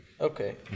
Okay